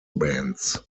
bands